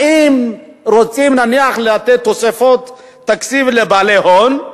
האם רוצים, נניח, לתת תוספות תקציב לבעלי הון,